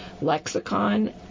lexicon